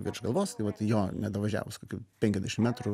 virš galvos tai vat jo nedavažiavus kokių penkiasdešim metrų